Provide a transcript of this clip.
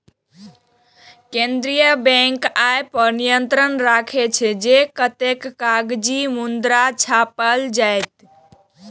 केंद्रीय बैंक अय पर नियंत्रण राखै छै, जे कतेक कागजी मुद्रा छापल जेतै